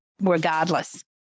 regardless